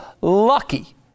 lucky